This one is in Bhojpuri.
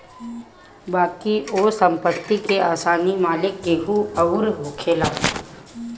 बाकी ओ संपत्ति के असली मालिक केहू अउर होखेला